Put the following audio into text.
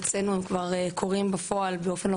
אצלנו הם כבר קורים בפועל באופן לא